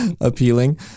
appealing